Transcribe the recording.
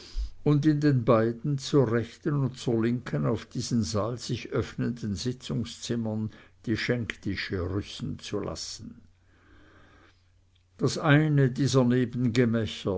und in den beiden zur rechten und zur linken auf diesen saal sich öffnenden sitzungszimmern die schenktische rüsten zu lassen das eine dieser